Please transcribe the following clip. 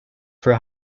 for